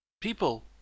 people